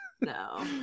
no